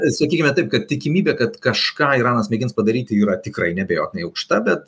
sakykime taip kad tikimybė kad kažką iranas mėgins padaryti yra tikrai neabejotinai aukšta bet